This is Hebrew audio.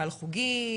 על חוגים.